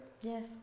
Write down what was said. Yes